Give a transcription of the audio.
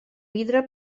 vidre